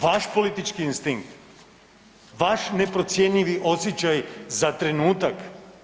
Vaš politički instinkt, vaš neprocjenjivi osjećaj za trenutak?